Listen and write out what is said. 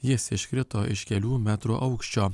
jis iškrito iš kelių metrų aukščio